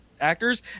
actors